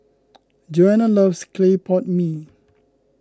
Joana loves Clay Pot Mee